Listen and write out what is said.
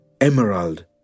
emerald